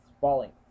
falling